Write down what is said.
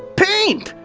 paint!